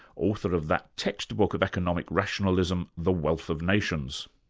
author of that textbook of economic rationalism, the wealth of nations.